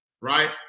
Right